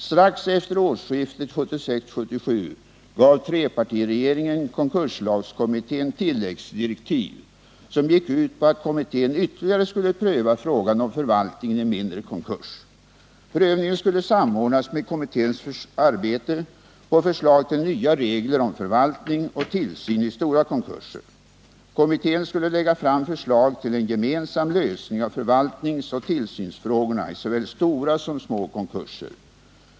Strax efter årsskiftet 1976/77 gav trepartiregeringen konkurslagskommittén tilläggsdirektiv, som gick ut på att kommittén ytterligare skulle pröva frågan om förvaltningen i mindre konkurs. Prövningen skulle samordnas med kommitténs arbete på förslag till nya regler om förvaltning och tillsyn i stora konkurser. Kommittén skulle lägga fram förslag till en gemensam lösning av förvaltningsoch tillsynsfrågorna i såväl stora som små konkurser.